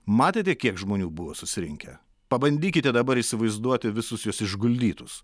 matėte kiek žmonių buvo susirinkę pabandykite dabar įsivaizduoti visus juos išguldytus